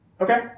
Okay